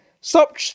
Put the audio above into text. stop